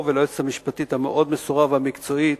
וליועצת המשפטית המאוד מסורה והמקצועית,